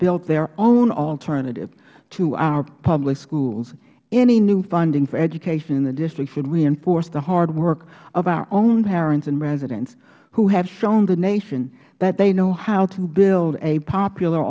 built their own alternative to our public schools any new funding for education in the district should reinforce the hard work of our own parents and residents who have shown the nation that they know how to build a popular